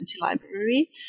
Library